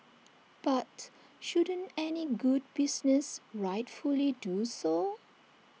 but shouldn't any good business rightfully do so